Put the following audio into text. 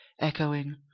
echoing